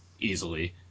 easily